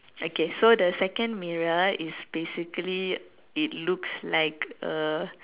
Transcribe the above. okay so the second mirror is basically it looks like a